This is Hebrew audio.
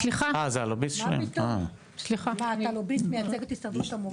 אתה, לוביסט שמייצג את הסתדרות המורים?